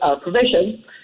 provision